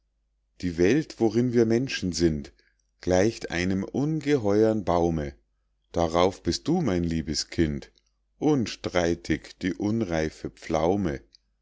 die welt worin wir menschen sind gleicht einem ungeheuern baume darauf bist du mein liebes kind unstreitig die unreife pflaume